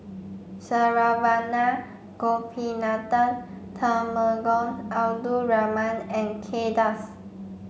Saravanan Gopinathan Temenggong Abdul Rahman and Kay Das